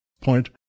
point